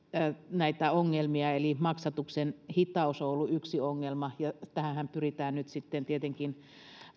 näitä ongelmia eli maksatuksen hitaus on ollut yksi ongelma ja tähänhän pyritään nyt sitten tietenkin